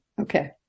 okay